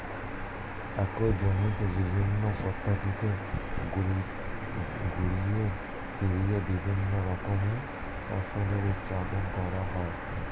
একই জমিতে বিভিন্ন পদ্ধতিতে ঘুরিয়ে ফিরিয়ে বিভিন্ন রকমের ফসলের উৎপাদন করা হয়